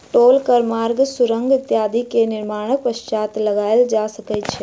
टोल कर मार्ग, सुरंग इत्यादि के निर्माणक पश्चात लगायल जा सकै छै